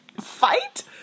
Fight